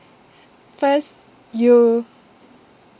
first you